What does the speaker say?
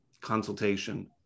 consultation